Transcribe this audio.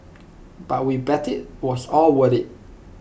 but we bet IT was all worth IT